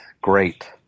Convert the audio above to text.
great